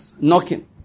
knocking